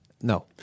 No